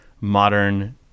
modern